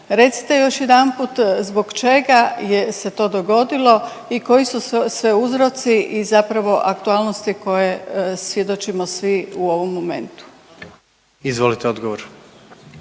Recite još jedanput zbog čega je se to dogodilo i koji su sve uzroci i zapravo aktualnosti koje svjedočimo svi u ovom momentu. **Jandroković,